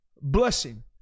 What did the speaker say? blessing